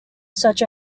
such